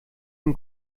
zum